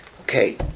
okay